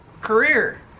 career